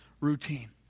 routine